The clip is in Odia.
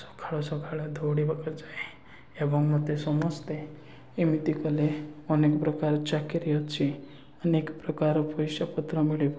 ସକାଳୁ ସକାଳୁ ଦୌଡ଼ିବାକୁ ଯାଏ ଏବଂ ମୋତେ ସମସ୍ତେ ଏମିତି କଲେ ଅନେକ ପ୍ରକାର ଚାକିରି ଅଛି ଅନେକ ପ୍ରକାର ପଇସା ପତ୍ର ମିଳିବ